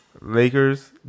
Lakers